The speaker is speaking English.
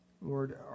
Lord